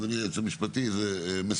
אדוני היועץ המשפטי, זה מספק